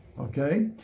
Okay